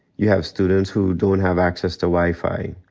you have students who don't have access to wi-fi.